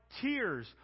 tears